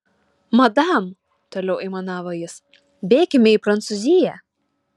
madam toliau aimanavo jis bėkime į prancūziją